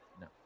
no